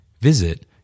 Visit